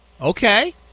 Okay